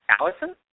Allison